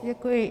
Děkuji.